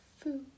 food